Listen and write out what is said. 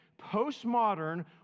postmodern